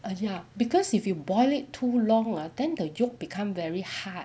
err ya because if you boil it too long ah then the yoke become very hard